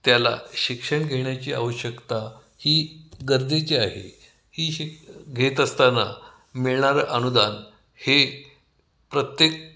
त्याला शिक्षण घेण्याची आवश्यकता ही गरजेची आहे ही शिक घेत असताना मिळणारं अनुदान हे प्रत्येक